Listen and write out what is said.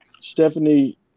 Stephanie